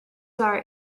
are